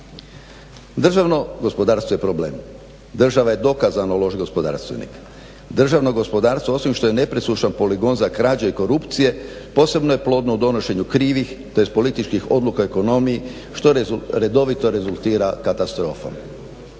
Državno gospodarstvo je problem. Država je dokazano loš gospodarstvenik. Državno gospodarstvo osim što je nepresušan poligon za krađe i korupcije posebno je plodno u donošenju krivih tj. političkih odluka ekonomiji, što redovito rezultira katastrofom.